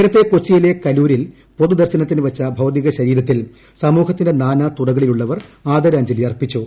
നേരത്തെ കൊച്ചിയിലെ കലൂരിൽ പൊതുദർശനത്തിന് വെച്ച ഭൌതികശരീരത്തിൽ സമൂഹത്തിന്റെ നാനാതുറകളിലുള്ളവർ ആദരാഞ്ജലി അർപ്പിച്ചു